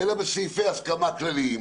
אלא בסעיפי הסכמה כלליים.